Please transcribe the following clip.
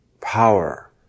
power